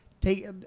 take